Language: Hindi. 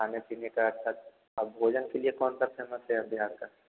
खाने पीने का अच्छा और भोजन के लिए कौनसा फेमस है बिहार का